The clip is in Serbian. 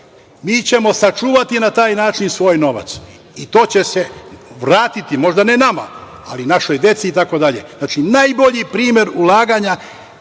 Mi ćemo sačuvati na taj način svoj novac i to će se vratiti, možda ne nama, ali našoj deci itd. Znači, najbolji primer ulaganja